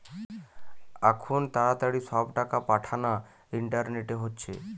আখুন তাড়াতাড়ি সব টাকা পাঠানা ইন্টারনেটে হচ্ছে